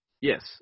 Yes